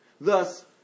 Thus